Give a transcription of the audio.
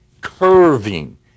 curving